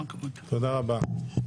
תודה רבה.